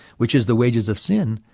which is the wages of sin,